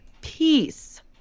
peace